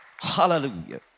Hallelujah